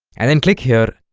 and then click here